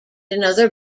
another